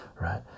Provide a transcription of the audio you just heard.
right